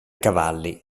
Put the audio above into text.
cavalli